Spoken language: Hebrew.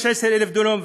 16,000 דונם,